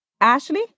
Ashley